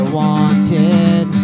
wanted